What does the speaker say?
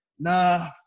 Nah